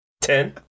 Ten